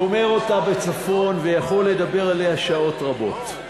גומר אותה בצפון, ויכול לדבר עליה שעות רבות.